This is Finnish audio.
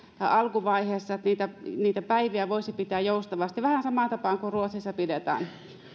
alkuvaiheessa että niitä niitä päiviä voisi pitää joustavasti vähän samaan tapaan kuin ruotsissa pidetään